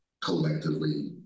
collectively